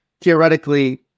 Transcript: theoretically